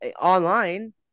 Online